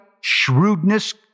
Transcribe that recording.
shrewdness